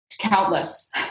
countless